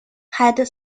had